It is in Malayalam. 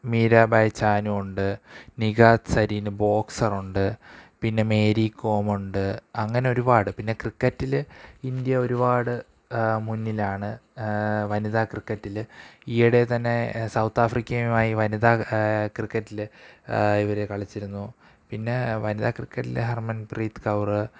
മീര ഭായ് ചാനു ഉണ്ട് നിഖത് സരീൻ ബോക്സ്സര് ഉണ്ട് പിന്നെ മേരി കോം ഉണ്ട് അങ്ങനെ ഒരുപാട് പിന്നെ ക്രിക്കറ്റില് ഇന്ത്യ ഒരുപാട് മുന്നിലാണ് വനിതാ ക്രിക്കറ്റില് ഈയിടെ തന്നെ സൗത്ത് ആഫ്രിക്കയുമായി വനിത ക്രിക്കറ്റില് ഇവര് കളിച്ചിരുന്നു പിന്നെ വനിതാ ക്രിക്കറ്റില് ഹർമന് പ്രീത് കൗർ